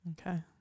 Okay